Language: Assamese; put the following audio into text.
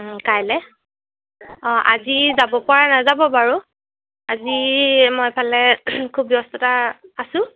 কাইলে অঁ আজি যাব পৰা নাযাব বাৰু আজি মই এফালে খুউৱ ব্যস্ততা আছো